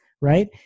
right